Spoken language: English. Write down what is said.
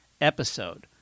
episode